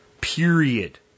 Period